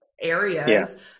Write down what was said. areas